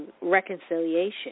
reconciliation